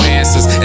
answers